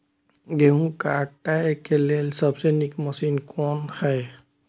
गेहूँ काटय के लेल सबसे नीक मशीन कोन हय?